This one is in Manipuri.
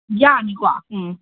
ꯌꯥꯔꯅꯤꯀꯣ ꯎꯝ